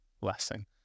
blessing